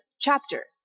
chapter